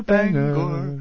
Bangor